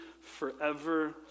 forever